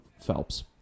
Phelps